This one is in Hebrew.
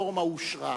שהרפורמה אושרה,